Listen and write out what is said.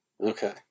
Okay